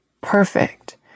perfect